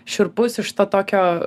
šiurpus iš to tokio